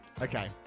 Okay